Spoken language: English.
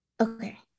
Okay